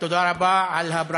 תודה רבה, תודה.